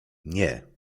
nie